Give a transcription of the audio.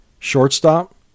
shortstop